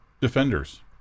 defenders